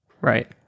Right